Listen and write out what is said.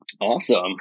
Awesome